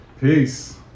Peace